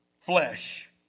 flesh